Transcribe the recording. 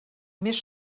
més